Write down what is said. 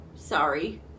Sorry